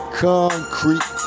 concrete